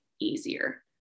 easier